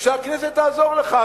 שהכנסת תעזור לך.